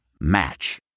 Match